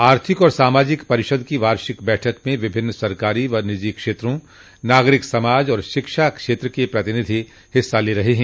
आर्थिक और सामाजिक परिषद की वार्षिक बैठक में विभिन्न सरकारी व निजी क्षेत्रों नागरिक समाज और शिक्षा क्षेत्र के प्रतिनिधि भाग ले रहे हैं